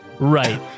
right